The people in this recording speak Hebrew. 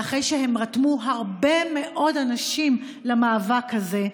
ואחרי שהם רתמו הרבה מאוד אנשים למאבק הזה,